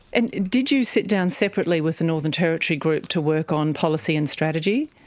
and did you sit down separately with the northern territory group to work on policy and strategy?